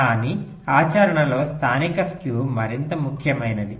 కానీ ఆచరణలో స్థానిక స్క్యూ మరింత ముఖ్యమైనది